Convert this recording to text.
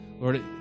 Lord